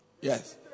Yes